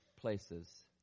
places